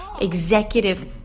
executive